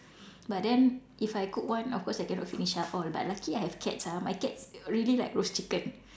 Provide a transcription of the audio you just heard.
but then if I cook one of course I cannot finish up all but lucky I have cats ah my cats really like roast chicken